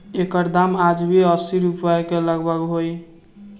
एकर दाम आज भी असी रुपिया के लगभग होई